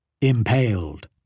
Impaled